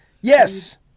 Yes